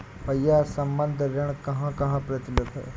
भैया संबंद्ध ऋण कहां कहां प्रचलित है?